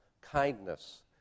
kindness